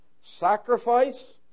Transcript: Sacrifice